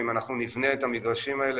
אם אנחנו נבנה את המגרשים האלה,